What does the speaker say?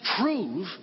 prove